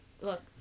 Look